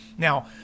Now